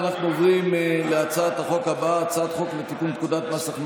לפיכך אני קובע שהצעת חוק ליישוב תחת